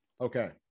Okay